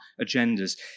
agendas